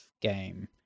game